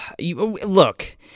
Look